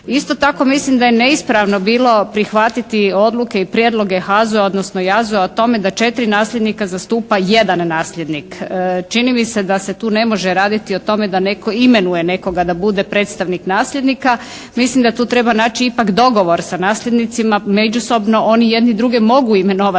Isto tako mislim da je neispravno bilo prihvatiti odluke i prijedloge HAZU-a, odnosno JAZU-a o tome da četiri nasljednika zastupa jedan nasljednik. Čini mi se da se tu ne može raditi o tome da netko imenuje nekoga da bude predstavnik nasljednika, mislim da tu treba naći ipak dogovor sa nasljednicima. Međusobno oni jedni druge mogu imenovati,